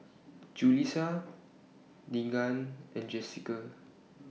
Julissa Deegan and Jessica